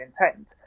intent